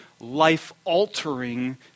life-altering